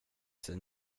sig